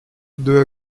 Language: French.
deux